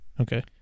Okay